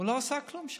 לא עשה שם כלום.